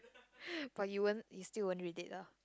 but you won't still won't use it lah